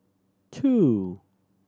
two